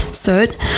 Third